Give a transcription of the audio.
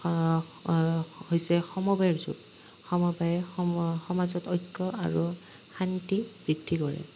হৈছে সমবায়ৰ যুগ সমবায়ে স সমাজত ঐক্য আৰু শান্তি বৃদ্ধি কৰে